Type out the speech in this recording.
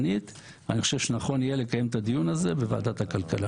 אני חושב שנכון יהיה לקיים את הדיון הזה בוועדת הכלכלה.